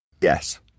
Yes